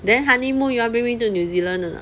then honeymoon you want bring me to new zealand or not